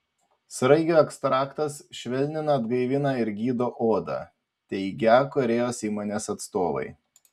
sraigių ekstraktas švelnina atgaivina ir gydo odą teigią korėjos įmonės atstovai